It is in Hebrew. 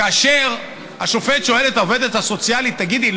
כאשר השופט שואל את העובדת הסוציאלית: תגידי,